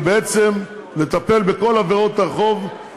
ובעצם לטפל בכל עבירות הרחוב,